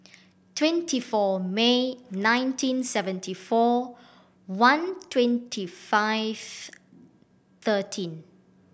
twenty four May nineteen seventy four one twenty five thirteen